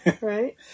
right